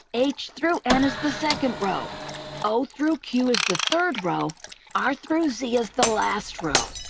h through n is the second row o through q is the third row r through z is the last row.